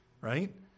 right